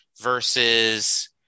versus